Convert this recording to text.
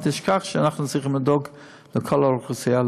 אל תשכח שאנחנו צריכים לדאוג לכל האוכלוסייה,